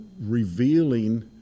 revealing